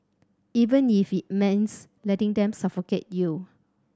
even if it means letting them suffocate you